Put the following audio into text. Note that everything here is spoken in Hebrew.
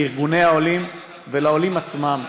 לארגוני העולים ולעולים עצמם,